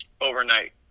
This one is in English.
overnight